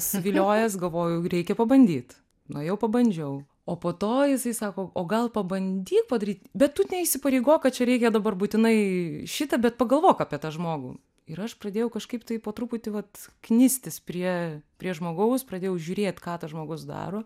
suviliojęs galvoju reikia pabandyt nuėjau pabandžiau o po to jisai sako o gal pabandyk padaryt bet tu neįsipareigok kad čia reikia dabar būtinai šitą bet pagalvok apie tą žmogų ir aš pradėjau kažkaip taip po truputį vat knistis prie prie žmogaus pradėjau žiūrėt ką tas žmogus daro